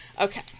Okay